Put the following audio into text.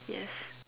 yes